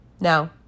Now